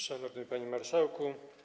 Szanowny Panie Marszałku!